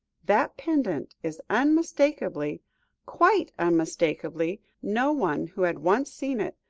that pendant is unmistakable quite unmistakable no one who had once seen it,